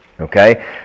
Okay